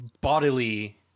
bodily